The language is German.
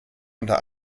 unter